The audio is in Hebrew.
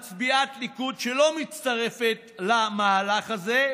מצביעת ליכוד שלא מצטרפת למהלך הזה,